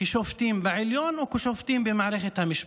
כשופטים בעליון או כשופטים במערכת המשפט.